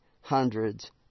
hundreds